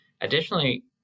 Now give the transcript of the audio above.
additionally